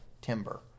timber